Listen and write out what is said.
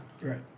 Right